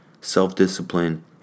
self-discipline